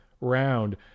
round